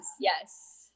yes